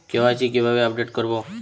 KYC কিভাবে update করব?